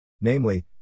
Namely